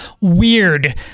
weird